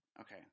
Okay